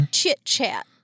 chit-chat